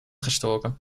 gestoken